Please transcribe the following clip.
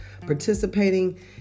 participating